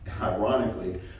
Ironically